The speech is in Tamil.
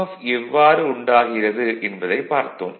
எஃப் எவ்வாறு உண்டாகிறது என்பதைப் பார்த்தோம்